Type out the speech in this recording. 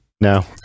no